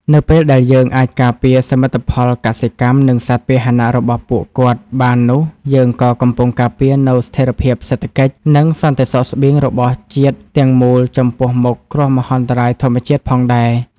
នៅពេលដែលយើងអាចការពារសមិទ្ធផលកសិកម្ម និងសត្វពាហនៈរបស់ពួកគាត់បាននោះយើងក៏កំពុងការពារនូវស្ថិរភាពសេដ្ឋកិច្ច និងសន្តិសុខស្បៀងរបស់ជាតិទាំងមូលចំពោះមុខគ្រោះមហន្តរាយធម្មជាតិផងដែរ។